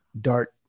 dark